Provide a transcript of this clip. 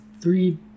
three